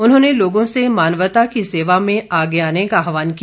उन्होंने लोगों से मानवता की सेवा में आगे आने का आहवान किया